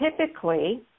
typically